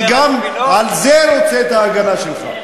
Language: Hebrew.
אני גם על זה רוצה את ההגנה שלך,